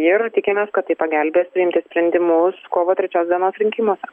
ir tikimės kad tai pagelbės priimti sprendimus kovo trečios dienos rinkimuose